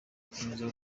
ugukomeza